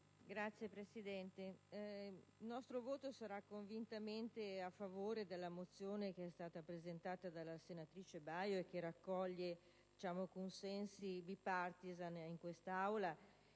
Signor Presidente, il nostro voto sarà convintamente a favore della mozione presentata dalla senatrice Baio, che raccoglie consensi *bipartisan* in questa Aula.